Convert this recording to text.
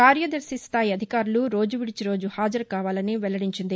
కార్యదర్శి స్థాయి అధికారులు రోజు విడిచి రోజు హాజరుకావాలని వెల్లడించింది